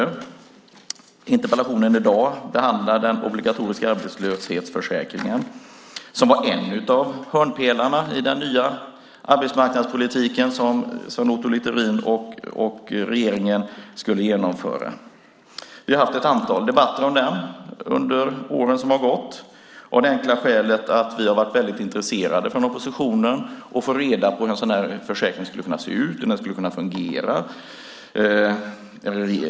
Min interpellation i dag behandlar den obligatoriska arbetslöshetsförsäkringen som var en av hörnpelarna i den nya arbetsmarknadspolitiken som Sven Otto Littorin och regeringen skulle genomföra. Vi har haft ett antal debatter om den under de år som har gått, av det enkla skälet att vi från oppositionen har varit väldigt intresserade av att få reda på hur en sådan försäkring skulle kunna se ut och fungera.